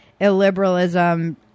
illiberalism